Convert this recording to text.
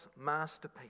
masterpiece